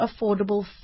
affordable